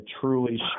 truly